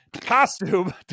costume